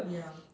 ya